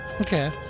Okay